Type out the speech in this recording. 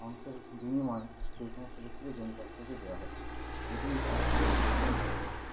অংশের বিনিময়ে সেই সমস্ত ব্যক্তিকে জমি চাষ করতে দেওয়া হয় এটিকে কৃষিচুক্তি পরিষেবা বলা হয়ে থাকে